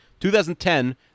2010